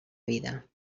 vida